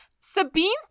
Sabine